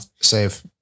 Save